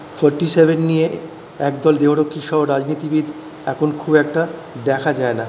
forty seven নিয়ে একদল দেহরক্ষী সহ রাজনীতিবিদ এখন খুব একটা দেখা যায় না